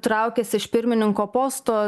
traukiasi iš pirmininko posto